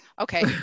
Okay